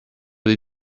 dei